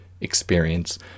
experience